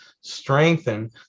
strengthen